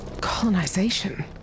Colonization